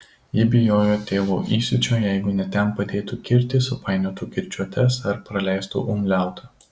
ji bijojo tėvo įsiūčio jeigu ne ten padėtų kirtį supainiotų kirčiuotes ar praleistų umliautą